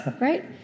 right